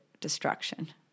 destruction